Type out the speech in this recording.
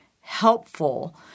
helpful